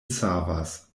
savas